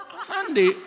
Sunday